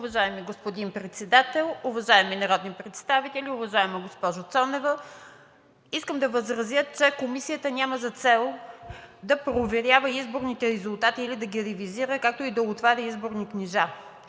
Уважаеми господин Председател, уважаеми народни представители, уважаема госпожо Цонева! Искам да възразя, че Комисията няма за цел да проверява изборните резултати или да ги ревизира, както и да отваря изборни книжа.